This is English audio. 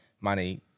money